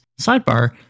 Sidebar